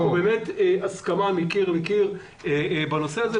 יש פה באמת הסכמה מקיר אל קיר בנושא הזה.